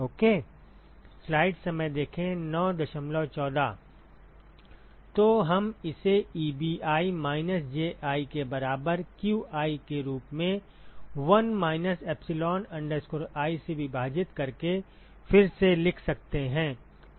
okay तो हम इसे Ebi माइनस Ji के बराबर qi के रूप में 1 माइनस epsilon i से विभाजित करके फिर से लिख सकते हैं